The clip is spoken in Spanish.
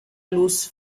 luz